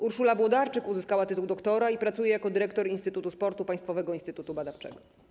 Urszula Włodarczyk uzyskała tytuł doktora i pracuje jako dyrektor Instytutu Sportu - Państwowego Instytutu Badawczego.